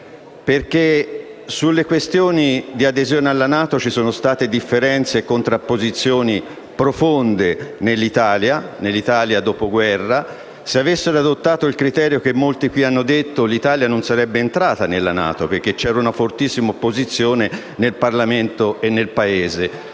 Sulle questioni relative alle adesioni alla NATO ci sono state differenze e contrapposizioni profonde nell'Italia del dopoguerra. Se allora avessero adottato il criterio che qui molti hanno esposto, l'Italia non sarebbe entrata nella NATO, perché c'era una fortissima opposizione in Parlamento e nel Paese.